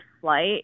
flight